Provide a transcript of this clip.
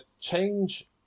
change